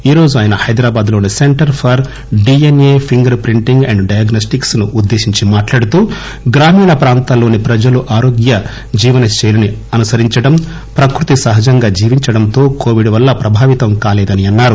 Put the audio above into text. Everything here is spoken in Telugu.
ఈ రోజు ఆయన హైదరాబాద్ లోని centre for DNA fingerprinting and diagnostics ను ఉద్దేశించి మాట్లాడుతూ గ్రామీణ ప్రాంతాల్లోని ప్రజలు ఆరోగ్య జీవనశైలిని అనుసరించడం ప్రకృతి సహజంగా జీవించడంతో కొవిడ్ వల్ల ప్రభావితం కాలేదని అన్నారు